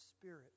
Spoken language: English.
spirit